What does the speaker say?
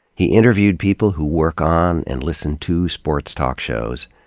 he interviewed people who work on and listen to sports talk shows.